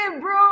bro